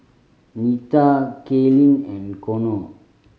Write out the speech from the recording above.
Nita Kaylynn and Konnor